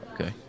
Okay